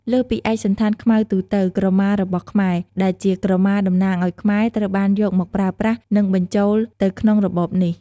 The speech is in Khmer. លើសពីឯកសណ្ឋានខ្មៅទូទៅ ក្រមារបស់ខ្មែរ ដែលជាក្រមាតំណាងឲ្យខ្មែរ ត្រូវបានយកមកប្រើប្រាស់ និងបញ្ចូលទៅក្នុងរបបនេះ។